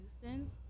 Houston